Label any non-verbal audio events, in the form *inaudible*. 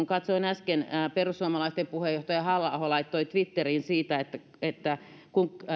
*unintelligible* katsoin äsken että perussuomalaisten puheenjohtaja halla aho laittoi twitteriin siitä kun